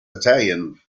italian